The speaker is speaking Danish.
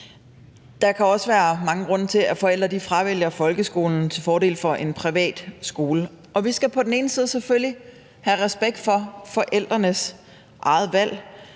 Der kan også være mange grunde til, at forældre fravælger folkeskolen til fordel for en privat skole. Og vi skal på den ene side selvfølgelig have respekt for forældrenes eget valg,